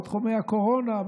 בתחום הקורונה,